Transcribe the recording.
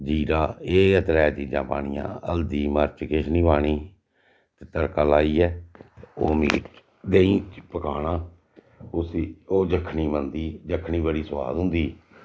जीरा एह् ऐ त्रै चीजां पानियां हल्दी मर्च किश नेईं पानी ते तड़का लाइयै ओह् मीट देहीं च पकाना उसी ओह् जक्खनी बनदी जक्खनी बड़ी सुआद होंदी